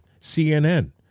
CNN